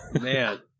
man